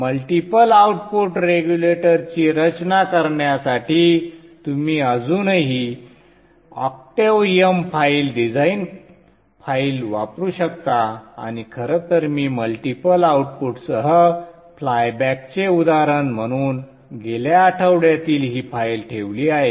multiple output रेग्युलेटरची रचना करण्यासाठी तुम्ही अजूनही संदर्भ वेळ 1858 Octave m file design file वापरू शकता आणि खरं तर मी मल्टिपल आउटपुटसह फ्लायबॅकचे उदाहरण म्हणून गेल्या आठवड्यातील ही फाइल ठेवली आहे